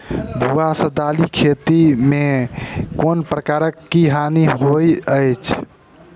भुआ सँ दालि खेती मे केँ प्रकार केँ हानि होइ अछि?